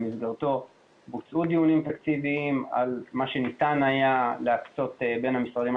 במסגרתו בוצעו דיונים תקציביים על מה שניתן היה להקצות בין המשרדים,